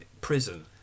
prison